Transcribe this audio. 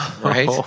right